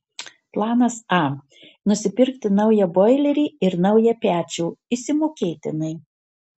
planas a nusipirkti naują boilerį ir naują pečių išsimokėtinai